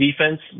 defense